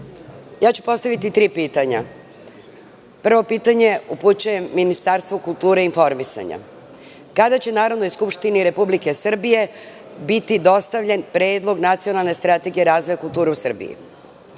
Postaviću tri pitanja. Prvo pitanje upućujem Ministarstvu kulture i informisanja – kada će Narodnoj skupštini Republike Srbije biti dostavljen Predlog nacionalne strategije razvoja kulture u Srbiji?